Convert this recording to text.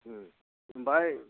ओमफ्राय